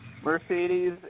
Mercedes